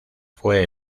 fue